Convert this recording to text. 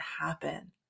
happen